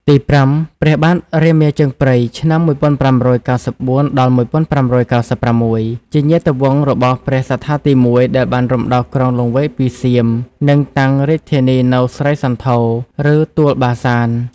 ទីប្រាំ ព្រះបាទរាមាជើងព្រៃ (ឆ្នាំ ១៥៩៤-១៥៩៦) ជាញាតិវង្សរបស់ព្រះសត្ថាទី១ ដែលបានរំដោះក្រុងលង្វែកពីសៀម និងតាំងរាជធានីនៅស្រីសន្ធរ ឬ ទួលបាសាន។